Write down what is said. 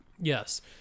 Yes